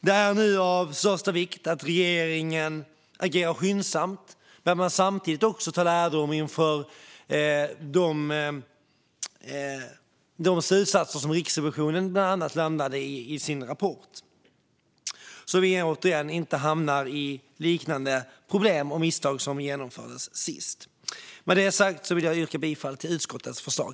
Det är av största vikt att regeringen agerar skyndsamt och att man samtidigt drar lärdom av de slutsatser som Riksrevisionen har kommit med i sin rapport, så att vi inte hamnar i liknande problem som vi hamnade i när detta senast genomfördes. Med detta sagt vill jag yrka bifall till utskottets förslag.